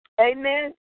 Amen